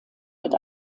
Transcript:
mit